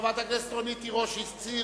חברת הכנסת רונית תירוש הסירה,